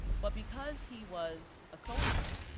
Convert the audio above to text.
but because he was a soldier,